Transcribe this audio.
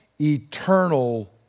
eternal